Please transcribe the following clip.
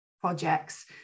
projects